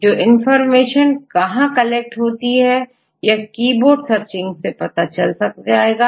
तो इंफॉर्मेशन कहां कलेक्ट होती है यह कीबोर्ड सर्चिंग से पता चल जाएगा